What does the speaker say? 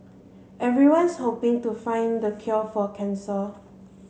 everyone's hoping to find the cure for cancer